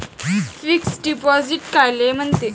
Fix deposit कायले म्हनते?